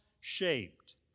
shaped